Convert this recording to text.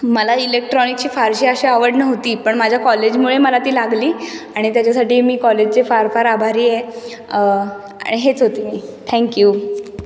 मला इलेक्ट्रॉनिक्सची फारशी अशी आवड नव्हती पण माझ्या कॉलेजमुळे मला ती लागली आणि त्याच्यासाठी मी कॉलेजचे फार फार आभारी आहे आणि हेच होते मी थँक्यू